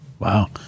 wow